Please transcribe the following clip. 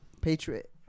Patriot